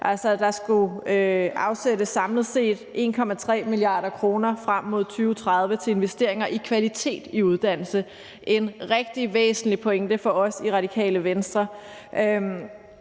der skulle afsættes samlet set 1,3 mia. kr. frem mod 2030 til investeringer i kvalitet i uddannelse, hvad der var en rigtig væsentlig pointe for os i Radikale Venstre.